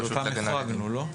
שב"כ לא.